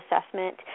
assessment